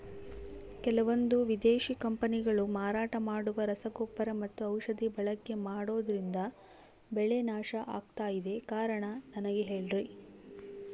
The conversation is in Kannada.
ಕೆಲವಂದು ವಿದೇಶಿ ಕಂಪನಿಗಳು ಮಾರಾಟ ಮಾಡುವ ರಸಗೊಬ್ಬರ ಮತ್ತು ಔಷಧಿ ಬಳಕೆ ಮಾಡೋದ್ರಿಂದ ಬೆಳೆ ನಾಶ ಆಗ್ತಾಇದೆ? ಕಾರಣ ನನಗೆ ಹೇಳ್ರಿ?